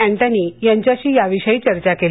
अँजी यांच्याशी याविषयी चर्चा केली